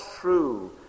true